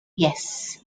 yes